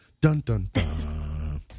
Dun-dun-dun